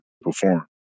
perform